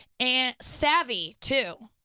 and savvy, too,